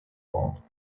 wong